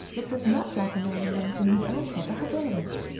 looked as much like a man in them as in his own proper habiliments.